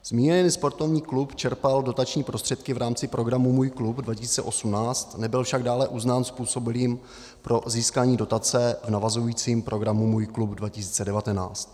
Zmíněný sportovní klub čerpal dotační prostředky v rámci programu Můj klub 2018, nebyl však dále uznán způsobilým pro získání dotace v navazujícím programu Můj klub 2019.